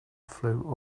flew